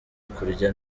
kurya